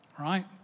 Right